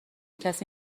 کسی